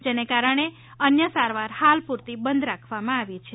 જેને કારણે અન્ય સારવાર હાલ પુરતી બંધ રાખવામાં આવી છે